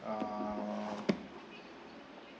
err